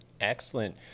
Excellent